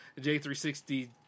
J360